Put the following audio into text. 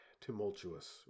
tumultuous